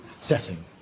setting